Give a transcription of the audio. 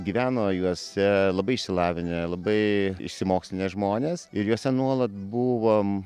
gyveno juose labai išsilavinę labai išsimokslinę žmonės ir juose nuolat buvo